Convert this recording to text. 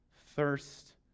thirst